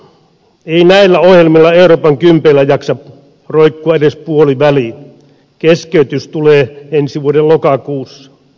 ei näillä ohjelmilla euroopan kympeillä jaksa roikkua edes puoliväliin keskeytys tulee ensi vuoden lokakuussa